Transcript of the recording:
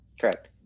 Correct